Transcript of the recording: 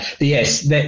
Yes